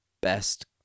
best